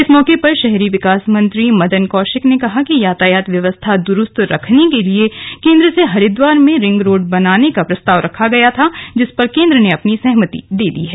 इस मौके पर शहरी विकास मंत्री मदन कौशिक ने कहा कि यातायात व्यवस्था दुरूस्त रखने के लिए केंद्र से हरिद्वार में रिंग रोड़ बनाने का प्रस्ताव रखा गया था जिस पर केंद्र ने अपनी सहमति दे दी है